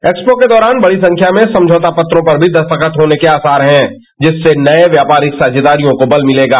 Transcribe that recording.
एक्सो के दौरान बंदी संख्या में सम्जौता पत्रों पर भी दस्तरखत होने के आसार है जिससे नयी व्यापारिक साझेदारियों को बल मिलेगा